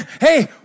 hey